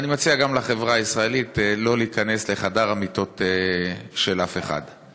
ואני מציע גם לחברה הישראלית שלא להיכנס לחדר המיטות של אף אחד.